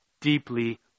deeply